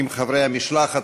עם חברי המשלחת,